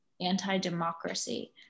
anti-democracy